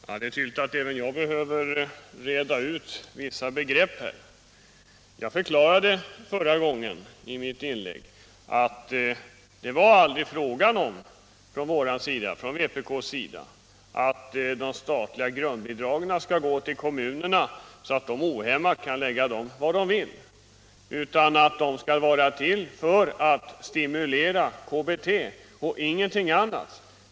Herr talman! Det är tydligt att även jag behöver reda ut vissa begrepp. Jag förklarade i mitt förra inlägg att det var aldrig fråga om från vpk:s sida att de statliga grundbidragen skall gå till kommunerna så att dessa ohämmat kan lägga pengarna var de vill. Bidragen skall vara till för att stimulera KBT och ingenting annat.